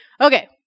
Okay